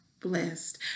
blessed